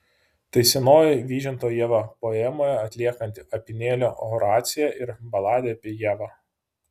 tai senoji vyžinto ieva poemoje atliekanti apynėlio oraciją ir baladę apie ievą